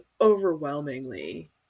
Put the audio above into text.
overwhelmingly